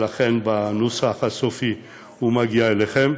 ולכן בנוסח הסופי הוא מגיע אליכם.